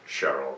Cheryl